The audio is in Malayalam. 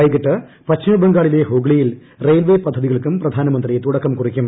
വൈകിട്ട് പശ്ചിമബംഗാളിലെ ഹൂഗ്ലിയിൽ റെയിൽവേ പദ്ധതികൾക്കും പ്രധാനമന്ത്രി തുടക്കം കുറിയ്ക്കും